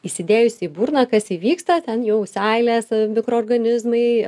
įsidėjus į burną kas įvyksta ten jau seilės mikroorganizmai